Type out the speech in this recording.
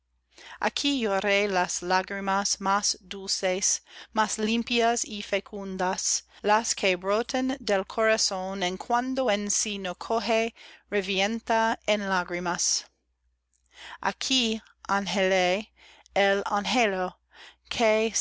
aquí lloré las lágrimas más dulces más limpias y fecundas las que brotan del corazón que cuando en sí no coje revienta en lágrimas aquí anhelé el anhelo